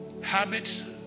habits